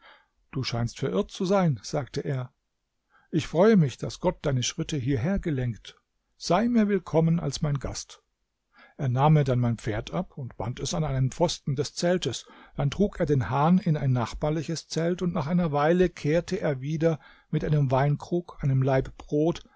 du scheinst verirrt zu sein sagte er ich freue mich daß gott deine schritte hierher gelenkt sei mir willkommen als mein gast er nahm mir dann mein pferd ab und band es an einen pfosten des zeltes dann trug er den hahn in ein nachbarliches zelt und nach einer weile kehrte er wieder mit einem weinkrug einem laib brot